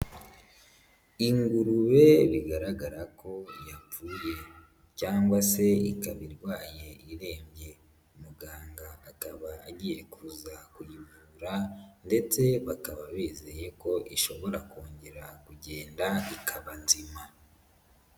Ingurube bigaragara ko yapfuye cyangwa se ikaba irwaye irembye. Muganga akaba agiye kuza kuyivura ndetse bakaba bizeye ko ishobora kongera kugenda, ikaba nzima.